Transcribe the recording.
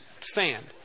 sand